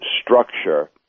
structure